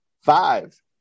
Five